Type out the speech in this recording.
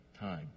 time